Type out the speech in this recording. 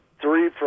three